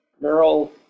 neural